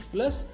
Plus